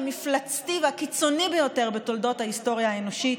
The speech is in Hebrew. המפלצתי והקיצוני ביותר בתולדות ההיסטוריה האנושית,